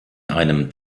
einem